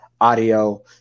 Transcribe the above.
audio